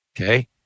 okay